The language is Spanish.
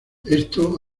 esto